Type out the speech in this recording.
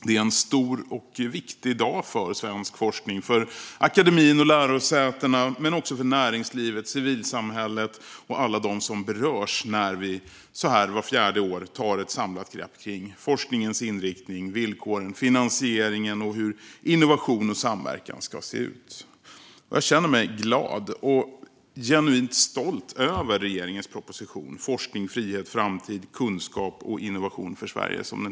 Det är en stor och viktig dag för svensk forskning, för akademin och lärosätena, men också för näringslivet, civilsamhället och alla dem som berörs när vi vart fjärde år tar ett samlat grepp om forskningens inriktning, villkoren, finansieringen och hur innovation och samverkan ska se ut. Jag känner mig glad och genuint stolt över regeringens proposition Forskning, frihet, framtid - kunskap och innovation för Sverige .